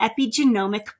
epigenomic